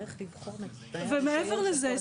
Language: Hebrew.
אבל מעבר לזה,